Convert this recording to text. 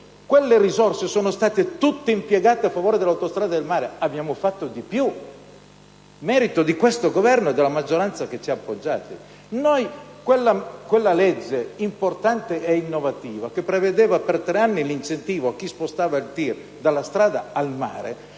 Quelle risorse sono state tutte impiegate a favore delle autostrade del mare. Abbiamo fatto di più, merito di questo governo e della maggioranza che ci ha appoggiati: quella legge importante e innovativa, che prevedeva per tre anni l'incentivo a chi spostava il TIR dalla strada al mare,